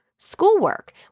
schoolwork